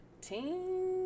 Team